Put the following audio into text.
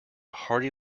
hearty